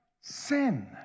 sin